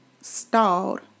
Stalled